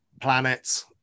planets